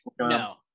No